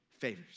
favors